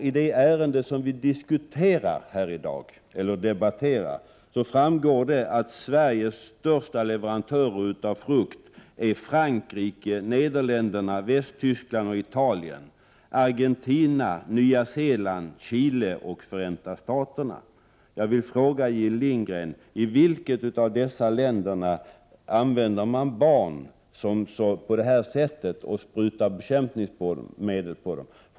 I det ärende som vi debatterar här i dag framgår det att Sveriges största leverantörer av frukt är Frankrike, Nederländerna, Västtyskland, Italien, Argentina, Nya Zeeland, Chile och Förenta Staterna. Jag vill fråga Jill Lindgren: I vilka av dessa länder använder man barn som försöksdjur och sprutar bekämpningsmedel på dem?